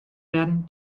werden